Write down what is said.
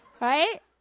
right